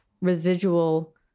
residual